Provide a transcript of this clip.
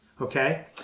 okay